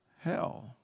hell